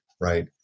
right